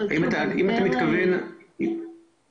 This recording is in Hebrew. האם בצו המקורי שהממשלה